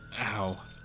Ow